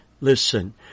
Listen